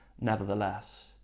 nevertheless